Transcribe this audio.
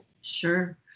sure